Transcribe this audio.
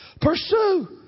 pursue